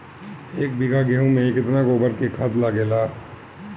एक बीगहा गेहूं में केतना गोबर के खाद लागेला?